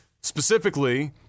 specifically